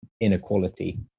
inequality